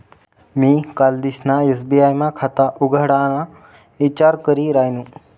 मी कालदिसना एस.बी.आय मा खाता उघडाना ईचार करी रायनू